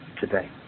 today